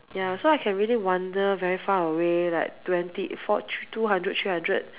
ya so I can really wander very far away like twenty for two hundred three hundred